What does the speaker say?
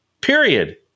Period